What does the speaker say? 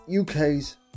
UK's